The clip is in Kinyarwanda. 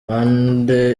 bande